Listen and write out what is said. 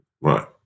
Right